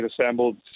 assembled